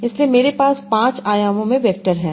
इसलिए मेरे पास पांच आयामों में वैक्टर हैं